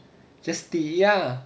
just ya